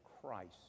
Christ